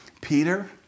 Peter